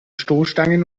stoßstangen